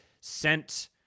sent